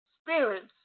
spirits